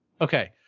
Okay